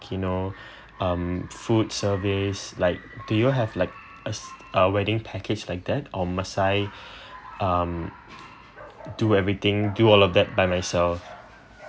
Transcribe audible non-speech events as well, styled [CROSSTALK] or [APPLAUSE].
you know [BREATH] um food service like do you have like us~ uh wedding package like that or must I [BREATH] um do everything do all of that by myself